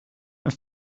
een